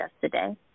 today